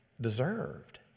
deserved